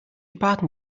baden